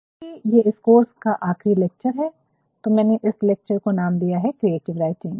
क्योकि ये इस कोर्स का आखिरी लेक्चर है तो मैंने इस लेक्चर को नाम दिया है क्रिएटिव राइटिंग